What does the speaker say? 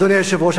אדוני היושב-ראש,